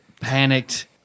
panicked